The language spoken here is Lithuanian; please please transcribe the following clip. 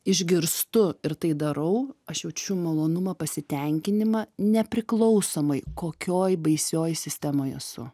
išgirstu ir tai darau aš jaučiu malonumą pasitenkinimą nepriklausomai kokioj baisioj sistemoj esu